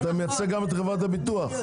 אתה מייצג גם את חברת הביטוח.